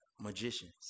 magicians